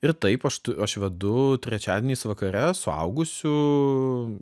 ir taip aš tu aš vedu trečiadieniais vakare suaugusių